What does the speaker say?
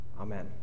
Amen